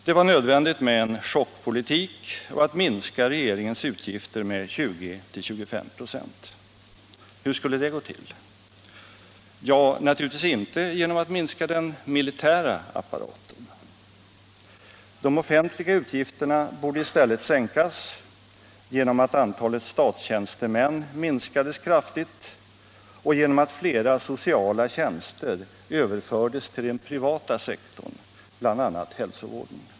Det var nödvändigt med en chockpolitik och att minska regeringens utgifter med 20-25 96. Hur skulle det gå till? Ja, naturligtvis inte genom att minska den militära apparaten. De offentliga utgifterna borde i stället sänkas genom att antalet statstjänstemän minskades kraftigt och genom att flera sociala tjänster överfördes till den privata sektorn, bl.a. hälsovården.